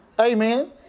Amen